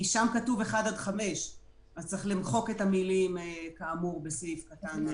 כי שם כתוב "1 עד 5". צריך למחוק את המילים "כאמור בסעיף קטן ---".